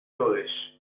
foolish